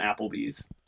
Applebee's